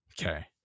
Okay